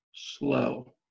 slow